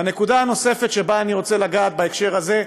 הנקודה הנוספת שאני רוצה לגעת בה בהקשר הזה,